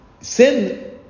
sin